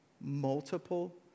multiple